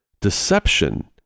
Deception